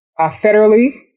Federally